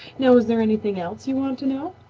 now is there anything else you want to know?